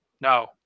no